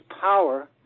power